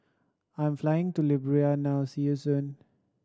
I am flying to Liberia now see you soon